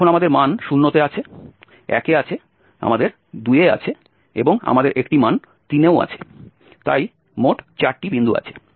এখন আমাদের মান 0 তে আছে 1 এ আছে আমাদের 2 এ আছে এবং আমাদের একটি মান 3 এও আছে তাই 4 টি বিন্দু আছে